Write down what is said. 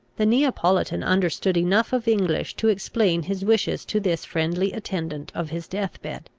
the neapolitan understood enough of english to explain his wishes to this friendly attendant of his death-bed.